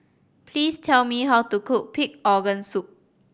please tell me how to cook pig organ soup